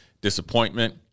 disappointment